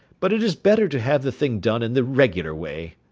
but it is better to have the thing done in the regular way.